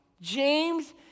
James